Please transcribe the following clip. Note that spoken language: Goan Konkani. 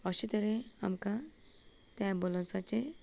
अशे तरेन आमकां त्या ऍबुलन्साचें